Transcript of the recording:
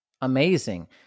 amazing